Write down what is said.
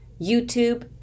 YouTube